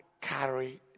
carry